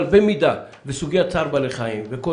אבל במידה וסוגיית צער בעלי חיים וכל